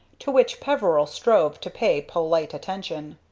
to which peveril strove to pay polite attention.